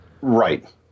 Right